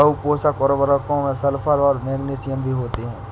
बहुपोषक उर्वरकों में सल्फर और मैग्नीशियम भी होते हैं